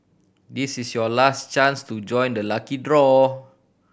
this is your last chance to join the lucky draw